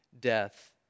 death